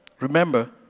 Remember